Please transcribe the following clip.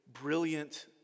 brilliant